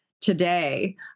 today